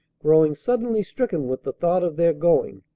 growing suddenly stricken with the thought of their going.